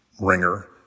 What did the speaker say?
ringer